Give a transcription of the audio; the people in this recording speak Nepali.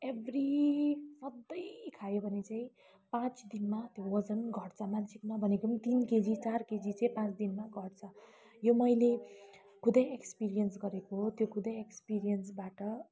एभ्री सधैँ खायो भने चाहिँ पाँच दिनमा त्यो वजन घट्छ मान्छेको नभनेको तिन केजी चार केजी चाहिँ पाँच दिनमा घट्छ यो मैले खुद एक्सपिरियन्स गरेको त्यो खुद एक्सपिरियन्सबाट